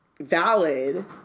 valid